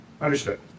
Understood